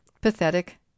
pathetic